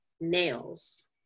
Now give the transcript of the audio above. nails